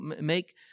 make